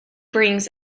brings